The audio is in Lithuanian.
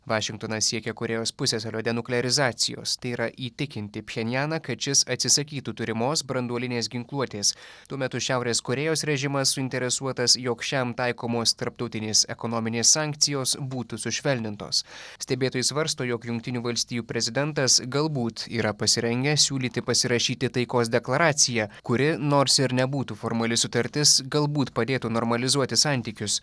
vašingtonas siekia korėjos pusiasalio denuklerizacijos tai yra įtikinti pjenjaną kad šis atsisakytų turimos branduolinės ginkluotės tuo metu šiaurės korėjos režimas suinteresuotas jog šiam taikomos tarptautinės ekonominės sankcijos būtų sušvelnintos stebėtojai svarsto jog jungtinių valstijų prezidentas galbūt yra pasirengęs siūlyti pasirašyti taikos deklaraciją kuri nors ir nebūtų formali sutartis galbūt padėtų normalizuoti santykius